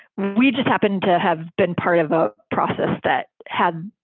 we just happened to have been part of a process that had,